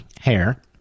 hair